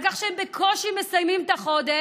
על כך שהם בקושי מסיימים את החודש.